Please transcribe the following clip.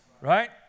right